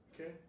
Okay